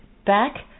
back